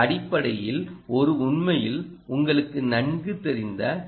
இது அடிப்படையில் ஒரு உண்மையில் உங்களுக்கு நன்கு தெரிந்த டி